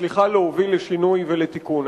מצליחה להוביל לשינוי ולתיקון.